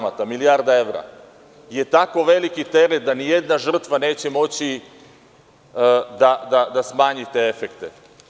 Milijarda evra je tako veliki teret da ni jedna žrtva neće moći da smanji te efekte.